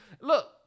Look